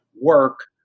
work